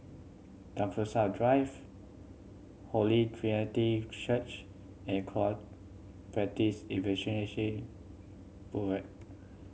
Tembusu Drive Holy Trinity Church and Corrupt Practice Investigation